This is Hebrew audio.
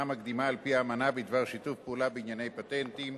מקדימה על-פי האמנה בדבר שיתוף פעולה בענייני פטנטים,